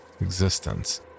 existence